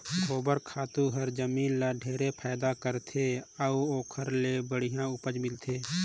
गोबर खातू हर जमीन ल ढेरे फायदा करथे अउ ओखर ले बड़िहा उपज मिलथे